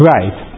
Right